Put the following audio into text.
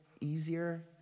easier